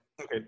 Okay